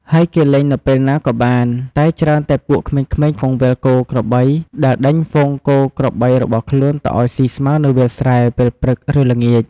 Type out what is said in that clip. ហើយគេលេងនៅពេលណាក៏បាន តែច្រើនតែពួកក្មេងៗគង្វាលគោ-ក្របី ដែលដេញហ្វូងគោក្របីរបស់ខ្លួនទៅឲ្យស៊ីស្មៅនៅវាលស្រែ ពេលព្រឹក ឬល្ងាច។